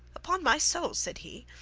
upon my soul, said he,